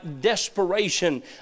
desperation